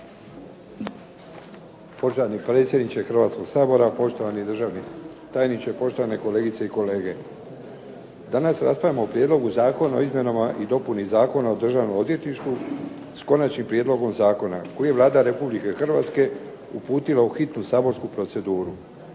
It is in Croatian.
Poštovani predsjedniče Hrvatskog sabora, poštovani državni tajniče, poštovane kolegice i kolege. Danas raspravljamo o prijedlog Zakona o izmjenama i dopuni Zakona o Državnom odvjetništvu s konačnim prijedlogom zakona koji je Vlada Republike Hrvatske uputila u hitnu saborsku proceduru.